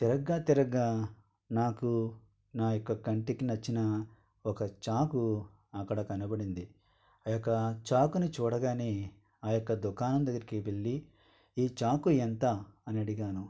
తిరగ్గా తిరగ్గా నాకు నాయొక్క కంటికి నచ్చిన ఒక చాకు అక్కడ కనపడింది ఆ యొక్క చాకుని చూడగానే ఆ యొక్క దుకాణం దగ్గరకు వెళ్ళి ఈ చాకు ఎంత అని అడిగాను